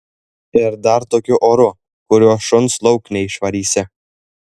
ir dar tokiu oru kuriuo šuns lauk neišvarysi